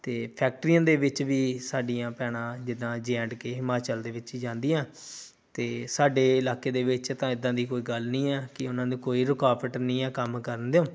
ਅਤੇ ਫੈਕਟਰੀਆਂ ਦੇ ਵਿੱਚ ਵੀ ਸਾਡੀਆਂ ਭੈਣਾਂ ਜਿੱਦਾਂ ਜੇ ਐਡ ਕੇ ਹਿਮਾਚਲ ਦੇ ਵਿੱਚ ਹੀ ਜਾਂਦੀਆਂ ਅਤੇ ਸਾਡੇ ਇਲਾਕੇ ਦੇ ਵਿੱਚ ਤਾਂ ਇੱਦਾਂ ਦੀ ਕੋਈ ਗੱਲ ਨਹੀਂ ਆ ਕਿ ਉਹਨਾਂ ਦੀ ਕੋਈ ਰੁਕਾਵਟ ਨਹੀਂ ਹੈ ਕੰਮ ਕਰਨ ਦਿਓ